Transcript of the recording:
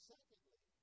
Secondly